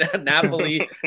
Napoli